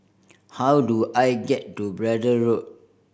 how do I get to Braddell Road